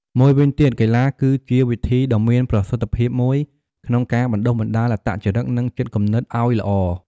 មួយវិញទៀត កីឡាគឺជាវិធីដ៏មានប្រសិទ្ធិភាពមួយក្នុងការបណ្តុះបណ្តាលអត្តចរិត និងចិត្តគំនិតអោយល្អ។